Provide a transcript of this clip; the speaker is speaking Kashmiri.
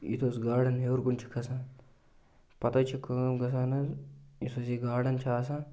یُتھ حظ گارڈَن ہیوٚر کُن چھُ کھَسان پَتہٕ حظ چھِ کٲم گژھان حظ یُس حظ یہِ گارڈَن چھُ آسان